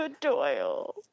Doyle